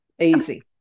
easy